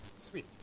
Sweet